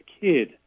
kid